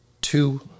two